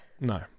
No